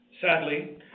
Sadly